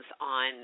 on